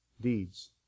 deeds